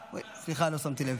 סליחה, לא שמתי לב.